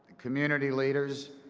community leaders,